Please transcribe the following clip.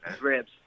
ribs